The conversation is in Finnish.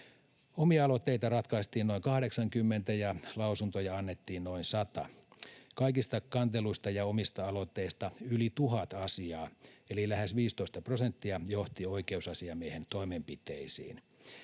Omia aloitteita ratkaistiin noin 80, ja lausuntoja annettiin noin sata. Kaikista kanteluista ja omista aloitteista yli 1 000 asiaa eli lähes 15 prosenttia johti oikeusasiamiehen toimenpiteisiin.